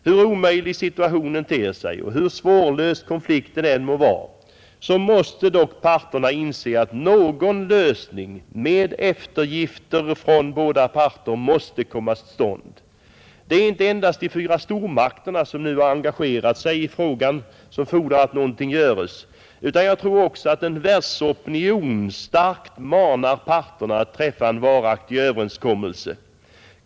Hur omöjlig situationen ter sig och hur svårlöst konflikten än må vara, måste dock parterna inse att någon lösning, med eftergifter från båda parter, måste komma till stånd. Det är inte endast de fyra stormakterna som nu engagerat sig i frågan som fordrar att någonting göres, utan jag tror också att en världsopinion starkt manar parterna att träffa en varaktig överenskommelse.